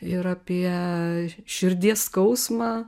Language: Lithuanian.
ir apie širdies skausmą